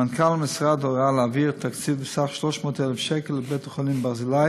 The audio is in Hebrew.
מנכ"ל המשרד הורה להעביר תקציב בסך 300,000 שקל לבית-החולים ברזילי